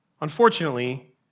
unfortunately